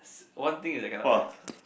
one thing is I cannot